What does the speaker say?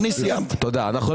אני סיימתי.